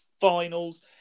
finals